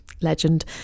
legend